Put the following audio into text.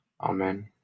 Amen